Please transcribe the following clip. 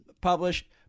published